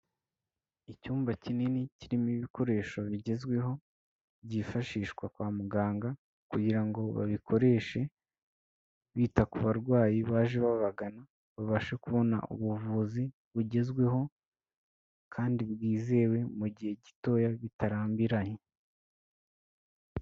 Icyumba kinini kirimo ibikoresho bigezweho byifashishwa kwa muganga, kugira ngo babikoreshe bita ku barwayi baje babagana, babashe kubona ubuvuzi bugezweho kandi bwizewe mu gihe gitoya bitarambiranye.